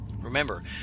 Remember